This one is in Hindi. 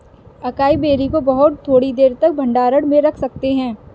अकाई बेरी को बहुत थोड़ी देर तक भंडारण में रख सकते हैं